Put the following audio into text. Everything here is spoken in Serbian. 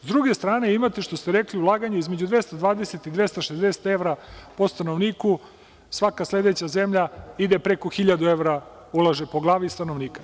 S druge strane, imate što ste rekli ulaganje između 220 i 260 evra po stanovniku, svaka sledeća zemlja ide preko 1.000 evra, ulaže po glavi stanovnika.